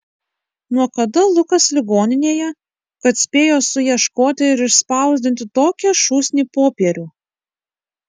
nuo kada lukas ligoninėje kad spėjo suieškoti ir išspausdinti tokią šūsnį popierių